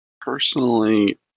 Personally